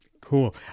Cool